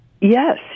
Yes